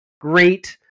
Great